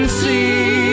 see